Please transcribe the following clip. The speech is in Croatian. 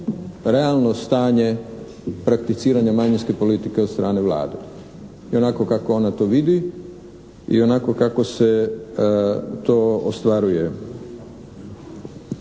realno stanje prakticiranja manjinske politike od strane Vlade i onako kako ona to vidi i onako kako se to ostvaruje.